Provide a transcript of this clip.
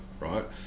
right